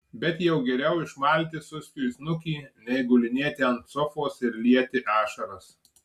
bet jau geriau išmalti suskiui snukį nei gulinėti ant sofos ir lieti ašaras